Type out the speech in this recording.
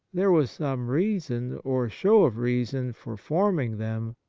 there was some reason or show of reason for forming them,